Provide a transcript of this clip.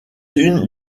une